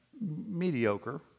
mediocre